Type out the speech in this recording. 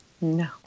No